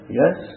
yes